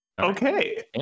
okay